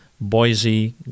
Boise